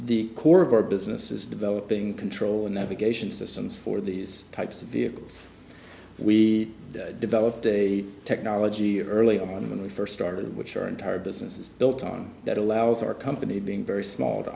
the core of our business is developing control and the big asian systems for these types of vehicles we developed a technology early on when we first started which our entire business is built on that allows our company being very small to